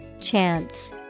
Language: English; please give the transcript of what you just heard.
Chance